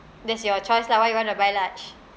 that's your choice lah why you want to buy large